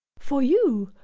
for you,